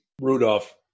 Rudolph